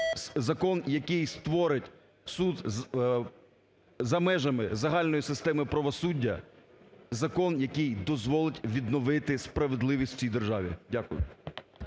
закон, який створить суд за межами загальної системи правосуддя, закон, який дозволить відновити справедливість в цій державі. Дякую.